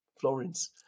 Florence